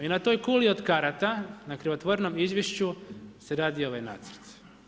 I na toj kuli od karata, na krivotvorenom izvješću se radi ovaj nacrt.